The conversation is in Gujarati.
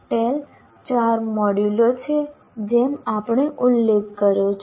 ટેલ ચાર મોડ્યુલો છે જેમ આપણે ઉલ્લેખ કર્યો છે